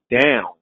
down